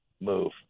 move